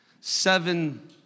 Seven